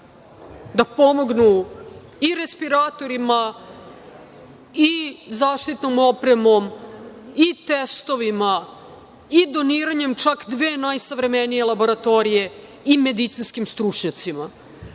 da pomognu i respiratorima, i zaštitnom opremom, i testovima, i doniranjem čak dve najsavremenije laboratorije i medicinskim stručnjacima. Da